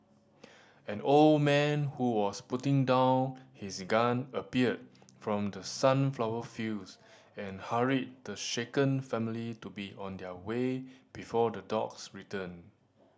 an old man who was putting down his gun appeared from the sunflower fields and hurried the shaken family to be on their way before the dogs return